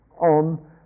on